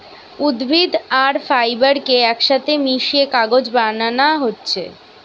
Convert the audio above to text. উদ্ভিদ আর ফাইবার কে একসাথে মিশিয়ে কাগজ বানানা হচ্ছে